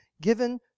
given